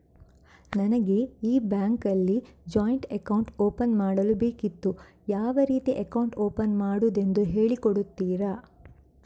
ನನಗೆ ಈ ಬ್ಯಾಂಕ್ ಅಲ್ಲಿ ಜಾಯಿಂಟ್ ಅಕೌಂಟ್ ಓಪನ್ ಮಾಡಲು ಬೇಕಿತ್ತು, ಯಾವ ರೀತಿ ಅಕೌಂಟ್ ಓಪನ್ ಮಾಡುದೆಂದು ಹೇಳಿ ಕೊಡುತ್ತೀರಾ?